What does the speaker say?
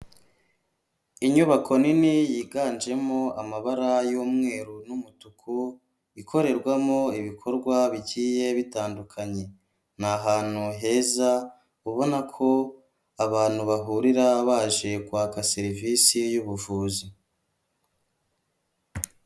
Inyubako nini yiganjemo amabara y'umweru n'umutuku ikorerwamo ibikorwa bigiye bitandukanye, ni ahantu heza ubona ko abantu bahurira baje kwaka serivisi y'ubuvuzi.